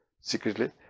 secretly